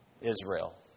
Israel